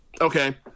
Okay